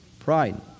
pride